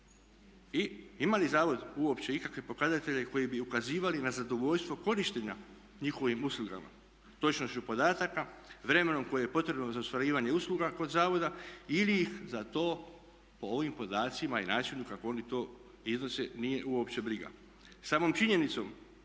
I ima li zavod uopće ikakve pokazatelje koji bi ukazivali na zadovoljstvo korištenja njihovim uslugama, točnošću podataka, vremenom koje je potrebno za ostvarivanje usluga kod zavoda ili ih za to po ovim podacima i načinu kako oni to iznose nije uopće briga? Samom činjenicom